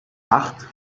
acht